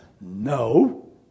no